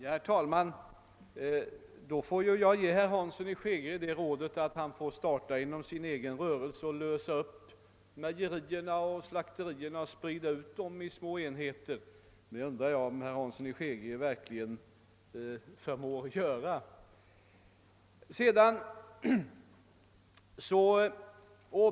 Herr talman! Då måste jag ge herr Hansson i Skegrie rådet att starta inom sin egen rörelse och lösa upp de stora mejerierna och slakterierna i små enheter samt sprida ut dem över landet. Jag undrar om herr Hansson verkligen förmår göra det.